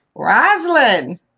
Roslyn